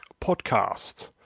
podcast